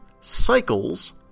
Cycles